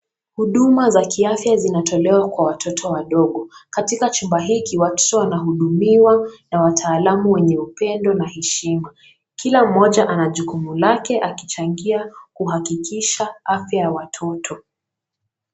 Huduma za kiafya zinatolewa kwa watoto wadogo, katika chumba hiki watoto wanahudumiwa na wataalamu wenye upendo na heshima, kila mmoja ana jukumu lake akichangia kuhakikisha afya ya watoto.